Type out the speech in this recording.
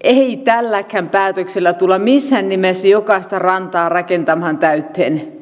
ei tälläkään päätöksellä tulla missään nimessä jokaista rantaa rakentamaan täyteen